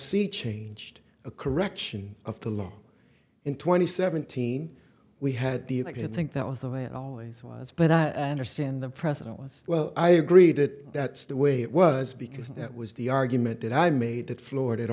c changed a correction of the law in twenty seventeen we had the and i did think that was the way it always was but i understand the president was well i agreed it that's the way it was because that was the argument that i made that floored it